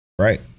Right